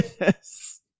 Yes